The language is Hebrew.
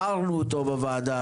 הערנו אותו בוועדה.